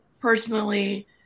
personally